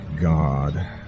god